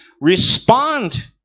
respond